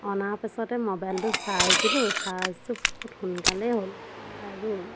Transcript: অনাৰ পাছতে ম'বাইলটো চাৰ্জ দিলো চাৰ্জটো বহুত সোনকালেই হ'ল আৰু